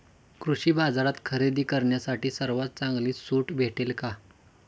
कृषी बाजारात खरेदी करण्यासाठी सर्वात चांगली सूट भेटेल का?